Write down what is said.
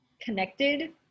connected